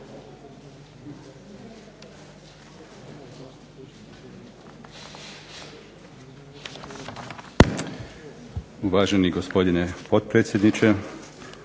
Uvaženi gospodine potpredsjedniče,